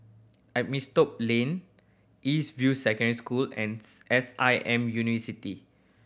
Lane East View Secondary School and S I M University